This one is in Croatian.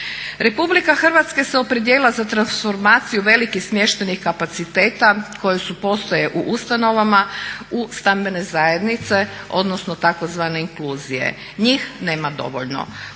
populacije. RH se opredijelila za transformaciju velikih smještajnih kapaciteta koji postoje u ustanovama u stambene zajednice, odnosno tzv. inkluzije. Njih nema dovoljno.